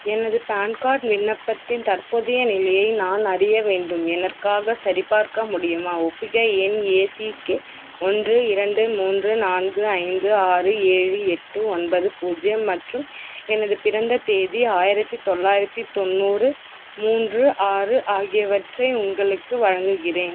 எனது PAN card விண்ணப்பத்தின் தற்போதைய நிலையை நான் அறிய வேண்டும் எனர்க்காகச் சரிபார்க்க முடியுமா ஒப்புகை எண் ஏசிகே ஒன்று இரண்டு மூன்று நான்கு ஐந்து ஆறு ஏழு எட்டு ஒன்பது பூஜ்யம் மற்றும் எனது பிறந்த தேதி ஆயிரத்தி தொள்ளாயிரத்தி தொண்ணூறு மூன்று ஆறு ஆகியவற்றை உங்களுக்கு வழங்குகிறேன்